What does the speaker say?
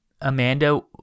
Amanda